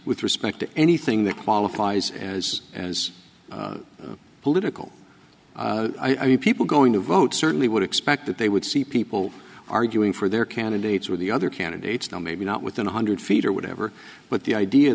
with respect to anything that qualifies as political i mean people going to vote certainly would expect that they would see people arguing for their candidates with the other candidates now maybe not within one hundred feet or whatever but the idea